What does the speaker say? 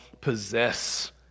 possess